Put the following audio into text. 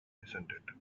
descended